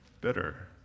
Bitter